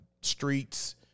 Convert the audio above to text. streets